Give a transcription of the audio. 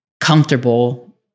Comfortable